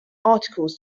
articles